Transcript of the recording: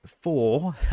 four